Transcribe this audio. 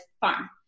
farm